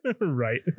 Right